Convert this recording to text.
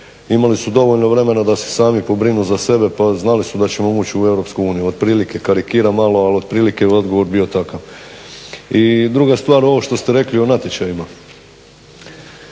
imali su dovoljno vremena da se sami pobrinu za sebe, pa znali su da ćemo ući u EU. Otprilike, karikiram malo, ali otprilike odgovor bi bio takav. I druga stvar, ovo što ste rekli o natječajima.